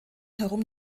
herum